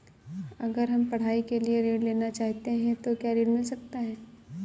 अगर हम पढ़ाई के लिए ऋण लेना चाहते हैं तो क्या ऋण मिल सकता है?